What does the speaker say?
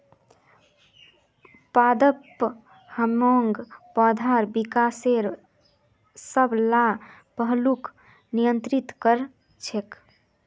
पादप हार्मोन पौधार विकासेर सब ला पहलूक नियंत्रित कर छेक